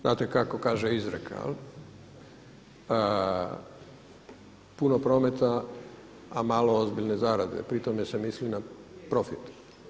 Znate kako kaže izreka, puno prometa a malo ozbiljne zarade, pri tome se misli na profit.